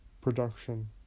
production